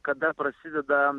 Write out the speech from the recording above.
kada prasideda